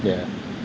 yeah